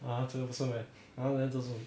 !huh! 这个不是 meh 然后这什么